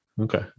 Okay